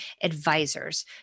advisors